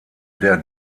der